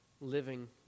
living